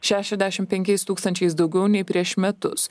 šešiasdešim penkiais tūkstančiais daugiau nei prieš metus